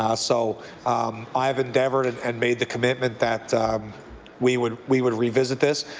ah so i have endeavoured and made the commitment that we would we would revisit this.